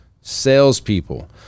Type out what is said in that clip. salespeople